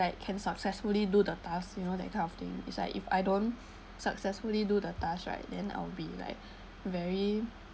like can successfully do the task you know that kind of thing it's like if I don't successfully do the task right then I'll be like very